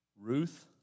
Ruth